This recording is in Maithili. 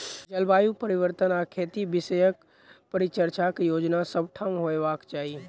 जलवायु परिवर्तन आ खेती विषयक परिचर्चाक आयोजन सभ ठाम होयबाक चाही